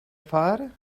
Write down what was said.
fire